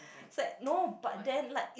sad no but then like